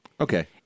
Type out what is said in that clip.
Okay